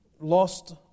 Lost